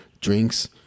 drinks